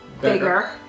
bigger